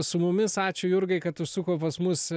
su mumis ačiū jurgai kad užsuko pas mus